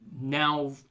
now